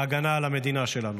בהגנה על המדינה שלנו.